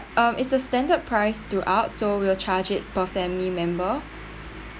um it's a standard price throughout so we'll charge it per family member